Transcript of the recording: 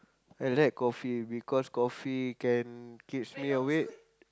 I like coffee because coffee can keeps me awake